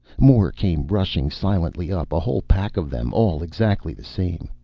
more came rushing silently up, a whole pack of them. all exactly the same.